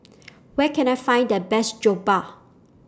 Where Can I Find The Best Jokbal